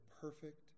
perfect